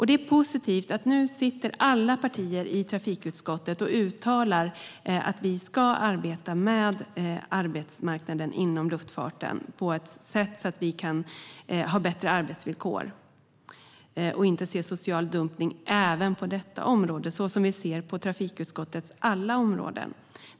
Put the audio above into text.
Det är positivt att alla partier i utskottet uttalar att vi ska arbeta med arbetsmarknaden inom luftfarten så att vi kan se bättre arbetsvillkor och inte se social dumpning på detta område så som vi ser på trafikutskottets alla områden.